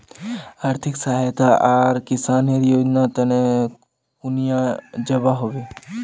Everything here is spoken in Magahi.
आर्थिक सहायता आर किसानेर योजना तने कुनियाँ जबा होबे?